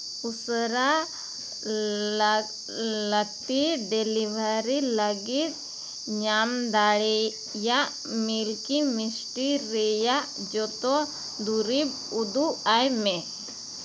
ᱩᱥᱟᱹᱨᱟ ᱞᱟᱹᱠᱛᱤ ᱰᱮᱞᱤᱵᱷᱟᱹᱨᱤ ᱞᱟᱹᱜᱤᱫ ᱧᱟᱢ ᱫᱟᱲᱮᱭᱟᱜ ᱢᱤᱞᱠᱤ ᱢᱤᱥᱴᱤ ᱨᱮᱭᱟᱜ ᱡᱚᱛᱚ ᱫᱩᱨᱤᱵ ᱩᱫᱩᱜ ᱟᱭ ᱢᱮ